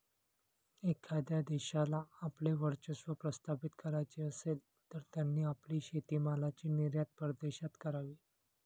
एखाद्या देशाला आपले वर्चस्व प्रस्थापित करायचे असेल, तर त्यांनी आपली शेतीमालाची निर्यात परदेशात करावी